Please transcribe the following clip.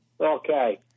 Okay